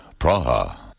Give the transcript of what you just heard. Praha